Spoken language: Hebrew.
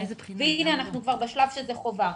והנה אנחנו כבר בשלב שזה חובה.